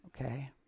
Okay